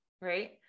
right